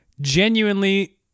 genuinely